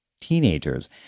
teenagers